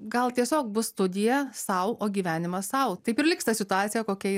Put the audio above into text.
gal tiesiog bus studija sau o gyvenimas sau taip ir liks ta situacija kokia yra